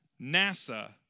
NASA